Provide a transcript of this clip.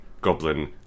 goblin